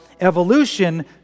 evolution